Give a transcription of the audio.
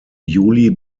juli